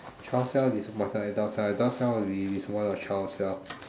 child self disappointed at adult self and adult self will be disappointed at child cell